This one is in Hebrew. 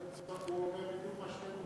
הוא אומר בדיוק מה שאתם אומרים.